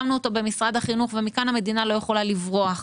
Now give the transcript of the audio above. שמנו אותו במשרד החינוך ומכאן המדינה לא יכולה לברוח,